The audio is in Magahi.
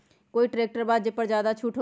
कोइ ट्रैक्टर बा जे पर ज्यादा छूट हो?